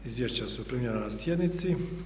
Izvješća su primljena na sjednici.